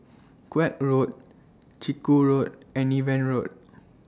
Koek Road Chiku Road and Niven Road